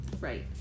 Right